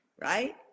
right